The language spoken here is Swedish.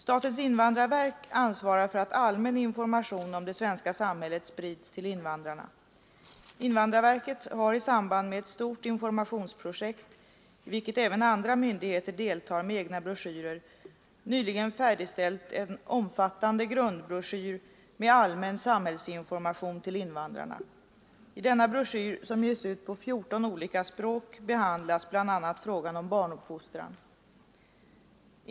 Statens invandrarverk ansvarar för att allmän information om det svenska samhället sprids till invandrarna. Invandrarverket har i samband med ett stort informationsprojekt, i vilket även andra myndigheter deltar med egna broschyrer, nyligen färdigställt en omfattande grundbroschyr med allmän samhällsinformation till invandrarna. I denna broschyr, som ges ut på 14 olika språk, behandlas bl.a. frågan om barnuppfostran.